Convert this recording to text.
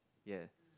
ya